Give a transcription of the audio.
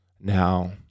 now